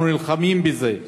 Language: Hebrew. אנחנו נלחמים בזה.